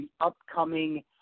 upcoming